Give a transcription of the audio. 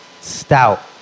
stout